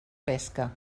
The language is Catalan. pesca